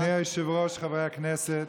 אדוני היושב-ראש, חברי הכנסת,